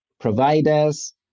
providers